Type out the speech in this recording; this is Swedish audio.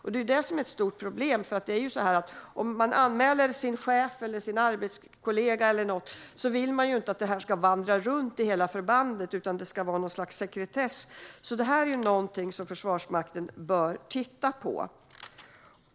Det är ett stort problem. Om man anmäler sin chef eller kollega vill man ju inte att det ska vandra runt i hela förbandet, utan man vill att det ska vara sekretessbelagt. Detta är någonting som Försvarsmakten bör titta på.